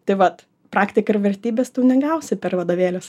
tai vat praktika ir vertybės tu negausi per vadovėlius